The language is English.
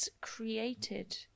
created